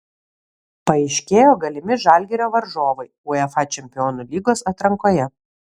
paaiškėjo galimi žalgirio varžovai uefa čempionų lygos atrankoje